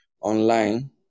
online